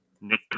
Nick